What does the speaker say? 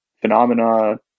phenomena